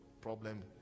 problem